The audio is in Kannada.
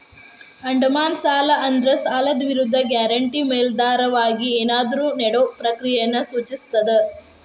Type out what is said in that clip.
ಅಡಮಾನ ಸಾಲ ಅಂದ್ರ ಸಾಲದ್ ವಿರುದ್ಧ ಗ್ಯಾರಂಟಿ ಮೇಲಾಧಾರವಾಗಿ ಏನಾದ್ರೂ ನೇಡೊ ಪ್ರಕ್ರಿಯೆಯನ್ನ ಸೂಚಿಸ್ತದ